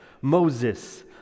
Moses